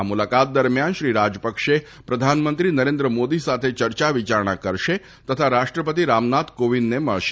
આ મુલાકાત દરમિયાન શ્રી રાજપક્ષે પ્રધાનમંત્રી નરેન્દ્ર મોદી સાથે ચર્ચા વિચારણા કરશે તથા રાષ્ટ્રપતિ રામનાથ કોવિંદને મળશે